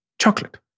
chocolate